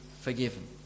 forgiven